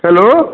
hello